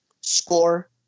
score